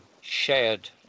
shared